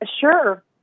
Sure